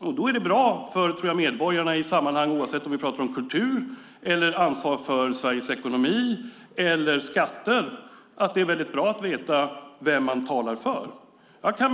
Jag tror att det, oavsett om vi pratar om kultur eller om ansvaret för Sveriges ekonomi eller vi pratar om skatter, är väldigt bra för medborgarna att veta vem vi talar för.